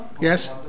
Yes